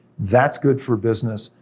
that's good for business,